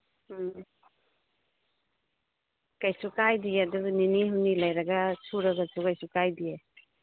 ꯎꯝ ꯀꯔꯤꯁꯨ ꯀꯥꯏꯗꯤꯌꯦ ꯑꯗꯨꯒ ꯅꯤꯅꯤ ꯍꯨꯝꯅꯤ ꯂꯩꯔꯒ ꯁꯨꯔꯒꯁꯨ ꯀꯔꯤꯁꯨ ꯀꯥꯏꯗꯤꯌꯦ